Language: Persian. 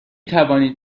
توانید